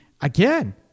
again